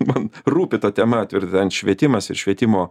man rūpi ta tema atvirai sakant švietimas ir švietimo